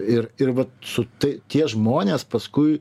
ir ir su tai tie žmonės paskui